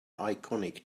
iconic